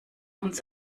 uns